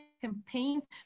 campaigns